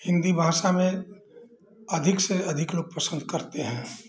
हिन्दी भाषा में अधिक से अधिक लोग पसन्द करते हैं